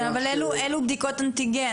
כן, אבל אלו בדיקות אנטיגן.